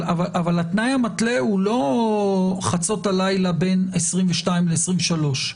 אבל התנאי המתלה הוא לא חצות הלילה שבין 2022 ל-2023.